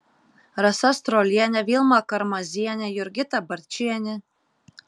rasa strolienė vilma karmazienė jurgita barčienė